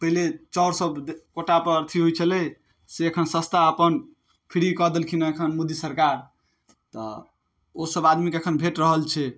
पहिले चाउर सब कोटापर अथी होइ छलै से एखन सस्ता अपन फ्री कऽ देलखिन हँ एखन मोदी सरकार तऽ ओ सब आदमीके एखन भेट रहल छै